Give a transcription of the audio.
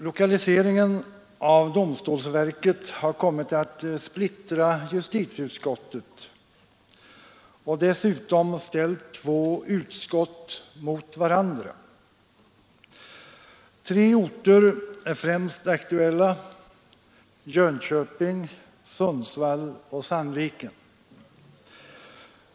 Lokaliseringen av domstolsverket har kommit att splittra justitieutskottet, dessutom har den ställt två utskott mot varandra. Tre orter är främst aktuella: Jönköping, Sundsvall och Sandviken.